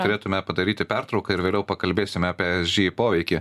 turėtume padaryti pertrauką ir vėliau pakalbėsim apie esg poveikį